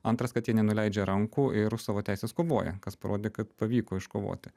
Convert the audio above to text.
antras kad jie nenuleidžia rankų ir už savo teises kovoja kas parodė kad pavyko iškovoti